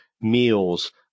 meals